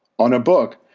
on a book,